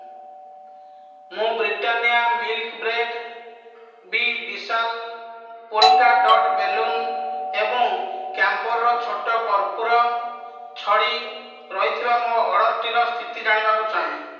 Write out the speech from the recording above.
ମୁଁ Britannia milk bread ବି ବିଶାଲ ପୋଲ୍କା ଡଟ୍ ବେଲୁନ୍ ଏବଂ କ୍ୟାମ୍ପ୍ୟୋର୍ର ଛୋଟ କର୍ପୂର ଛଡ଼ି ରହିଥିବା ମୋ ଅର୍ଡ଼ର୍ଟିର ସ୍ଥିତି ଜାଣିବାକୁ ଚାହେଁ